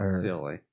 Silly